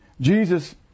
Jesus